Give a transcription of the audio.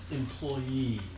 employee